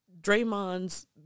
Draymond's